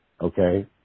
Okay